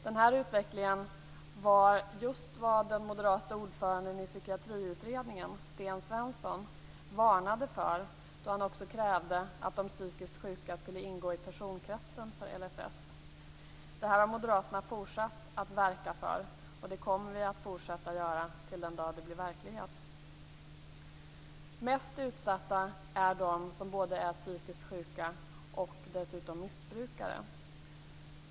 Den här utvecklingen var just vad den moderate ordföranden i Psykiatriutredningen, Sten Svensson, varnade för. Han krävde också att de psykiskt sjuka skulle ingå i personkretsen för LSS. Detta har moderaterna fortsatt att verka för, och det kommer vi att fortsätta att göra till den dag det blir verklighet. Mest utsatta är de som är psykiskt sjuka och dessutom missbrukare.